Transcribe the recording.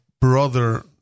Brother